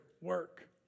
work